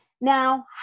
Now